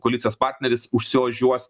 koalicijos partneris užsiožiuos